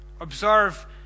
Observe